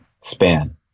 span